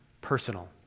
personal